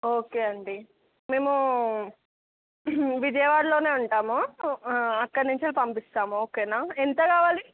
okay అండి మేము విజయవాడలో ఉంటాము అక్కడి నుంచి పంపిస్తాము ఓకే ఎంత కావాలి